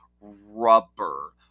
rubber